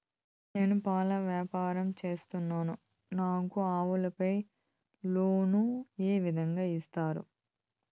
నేను పాల వ్యాపారం సేస్తున్నాను, నాకు ఆవులపై లోను ఏ విధంగా ఇస్తారు